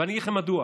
ואני אגיד לכם מדוע.